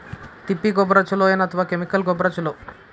ತಿಪ್ಪಿ ಗೊಬ್ಬರ ಛಲೋ ಏನ್ ಅಥವಾ ಕೆಮಿಕಲ್ ಗೊಬ್ಬರ ಛಲೋ?